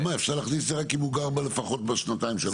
אפשר להכניס את זה רק אם הוא גר בה לפחות בשנתיים או שלוש האחרונות.